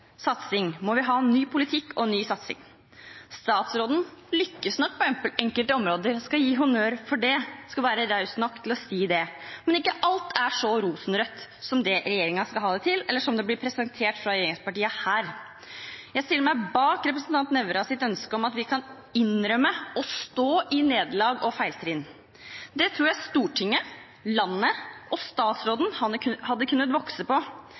satsing, må vi ha ny politikk og ny satsing. Statsråden lykkes nok på enkelte områder – jeg skal gi honnør for det, jeg skal være raus nok til å si det – men ikke alt er så rosenrødt som det regjeringen skal ha det til, eller som det blir presentert fra regjeringspartienes side her. Jeg stiller meg bak representanten Nævras ønske om at vi kan innrømme og stå i nederlag og feiltrinn. Det tror jeg Stortinget, landet og statsråden hadde kunnet vokse på.